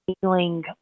feeling